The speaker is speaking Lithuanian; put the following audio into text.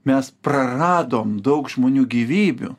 mes praradom daug žmonių gyvybių